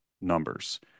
numbers